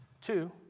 Two